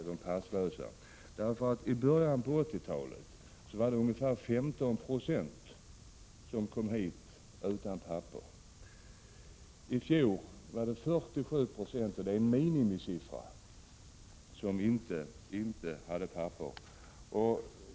I början av 80-talet var det ungefär 15 90 av dem som kom hit som saknade papper. I fjol var det 47 960 — det är en minimisiffra -- som inte hade papper.